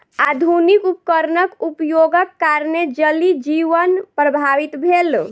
आधुनिक उपकरणक उपयोगक कारणेँ जलीय जीवन प्रभावित भेल